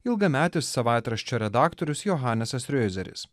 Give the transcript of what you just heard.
ilgametis savaitraščio redaktorius johanesas riozeris